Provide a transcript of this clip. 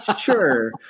Sure